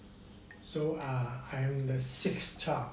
so err I am the sixth child